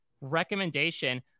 recommendation